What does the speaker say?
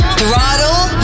throttle